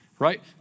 right